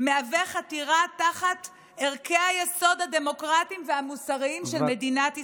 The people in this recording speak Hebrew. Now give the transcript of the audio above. מהווה חתירה תחת ערכי היסוד הדמוקרטיים והמוסריים של מדינת ישראל.